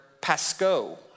pasco